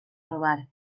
robar